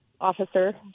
officer